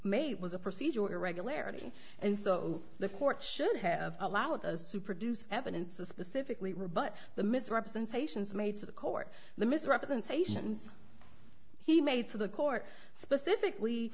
it was a procedural irregularity and so the court should have allowed us to produce evidence that specifically rebut the misrepresentations made to the court the misrepresentations he made to the court specifically